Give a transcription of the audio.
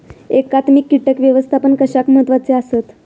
एकात्मिक कीटक व्यवस्थापन कशाक महत्वाचे आसत?